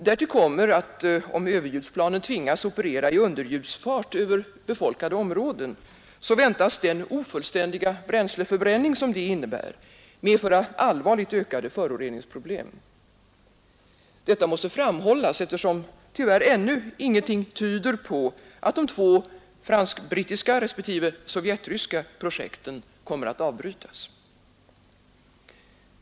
Därtill kommer att om överljudsplanen tvingas operera i underljudsfart över befolkade områden, väntas den ofullständiga bränsleförbränning, som detta innebär, medföra allvarligt ökade föroreningsproblem. Detta måste framhållas, eftersom tyvärr ingenting ännu tyder på att de två pågående respektiva fransk-brittiska och sovjetryska projekten kommer att avbrytas.